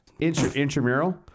Intramural